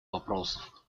вопросов